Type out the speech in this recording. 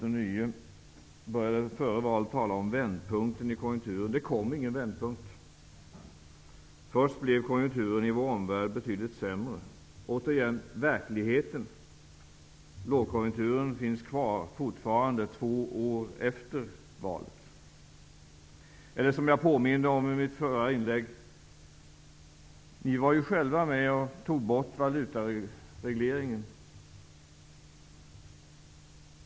Den nye började före valet tala om vändpunkten i konjunkturen. Det kom ingen vändpunkt. Först blev konjunkturen i vår omvärld betydligt sämre. Återigen: Detta är verkligheten. Lågkonjunkturen finns kvar fortfarande, två år efter valet. Som jag påminde om i mitt förra inlägg var ni själva med och tog bort valutaregleringen.